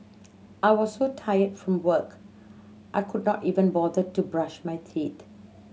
I was so tired from work I could not even bother to brush my teeth